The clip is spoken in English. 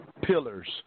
pillars